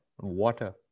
water